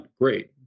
great